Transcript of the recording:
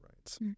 rights